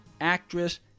actress